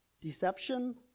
Deception